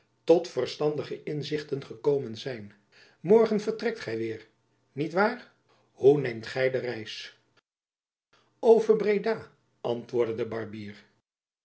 tot verstandige inzichten gekomen zijn morgen vertrekt gy weêr niet waar hoe neemt gy de reis over breda antwoordde de barbier